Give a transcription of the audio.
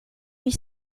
huit